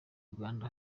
uganda